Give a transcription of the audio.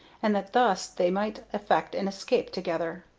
and that thus they might effect an escape together.